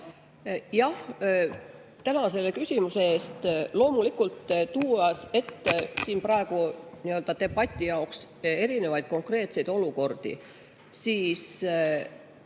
Jah, tänan selle küsimuse eest! Loomulikult, tuues ette siin praegu debati jaoks erinevaid konkreetseid olukordi, siis